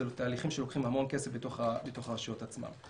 אלו תהליכים שלוקחים המון כסף בתוך הרשויות עצמן.